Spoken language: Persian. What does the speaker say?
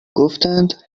گفتند